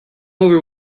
over